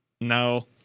No